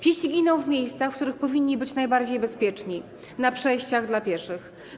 Piesi giną w miejscach, w których powinni być najbardziej bezpieczni: na przejściach dla pieszych.